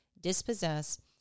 dispossess